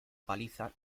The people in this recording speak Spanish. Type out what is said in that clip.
paliza